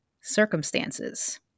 circumstances